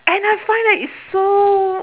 and I find that it's so